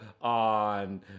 on